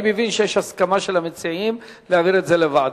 אני מבין שיש הסכמה של המציעים להעביר את זה לוועדה.